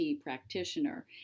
practitioner